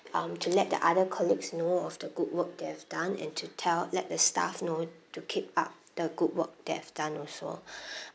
um to let the other colleagues know of the good work they have done and to tell let the staff know to keep up the good work they have done also